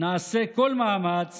נעשה כל מאמץ